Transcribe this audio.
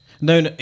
no